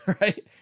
right